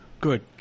Good